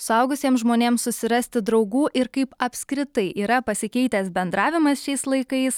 suaugusiem žmonėm susirasti draugų ir kaip apskritai yra pasikeitęs bendravimas šiais laikais